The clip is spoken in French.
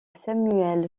samuel